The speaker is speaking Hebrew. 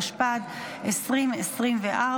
התשפ"ד 2024,